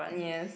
yes